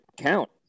count